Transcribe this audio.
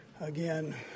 again